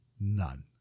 None